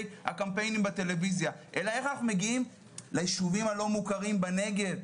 הקמפיינים בטלוויזיה אלא איך אנחנו מגיעים לישובים הלא מוכרים בנגב.